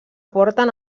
porten